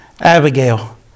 Abigail